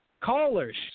callers